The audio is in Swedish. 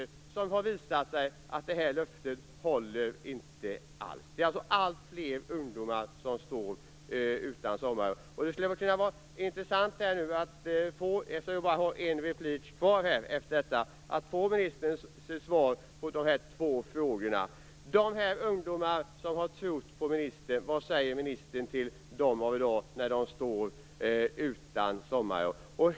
Hur kunde man ge ett sådant löfte som har visat sig inte alls hålla? Alltfler ungdomar står alltså utan sommarjobb. Det skulle vara intressant, eftersom jag bara har ett inlägg kvar efter detta, att få ministerns svar på två frågor. De här ungdomarna som har trott ministern, vad säger ministern till dem i dag när de står utan sommarjobb?